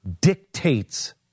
dictates